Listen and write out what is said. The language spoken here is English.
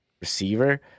receiver